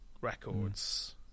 records